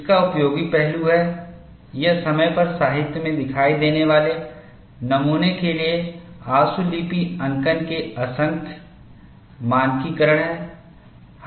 इसका उपयोगी पहलू है यह समय पर साहित्य में दिखाई देने वाले नमूनों के लिए आशुलिपि अंकन के असंख्य का मानकीकरण है